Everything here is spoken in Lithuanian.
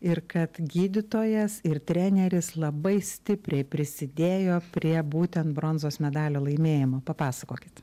ir kad gydytojas ir treneris labai stipriai prisidėjo prie būtent bronzos medalio laimėjimo papasakokit